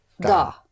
da